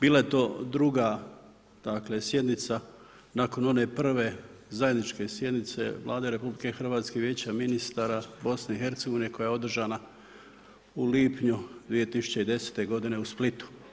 Bila je to druga sjednica, nakon one prve zajedničke sjednice Vlade RH i Vijeća ministara BIH koja je održana u lipnju 2010. g. u Splitu.